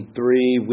three